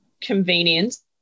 convenience